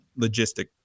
logistic